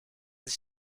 sich